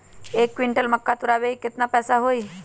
एक क्विंटल मक्का तुरावे के केतना पैसा होई?